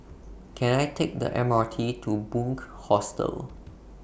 Can I Take The M R T to Bunc Hostel